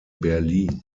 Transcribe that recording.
berlin